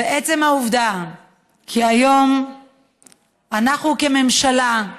ובעצם העובדה שהיום אנחנו כממשלה,